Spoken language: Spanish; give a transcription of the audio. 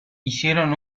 hicieron